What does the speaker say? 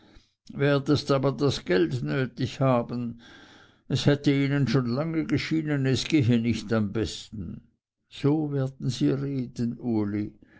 werdest aber das geld nötig haben es hätte ihnen schon lange geschienen es gehe nicht am besten so werden sie reden uli